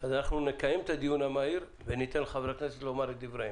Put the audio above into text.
אז אנחנו נקיים את הדיון המהיר וניתן לחברי הכנסת לומר את דבריהם.